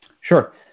Sure